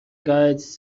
guides